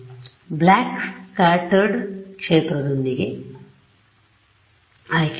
ಆದ್ದರಿಂದ ನೀವು back scattered ಕ್ಷೇತ್ರದೊಂದಿಗೆ ಆಯ್ಕೆ ಮಾಡಬೇಕು